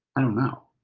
i don't know.